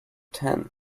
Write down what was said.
ten